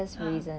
ah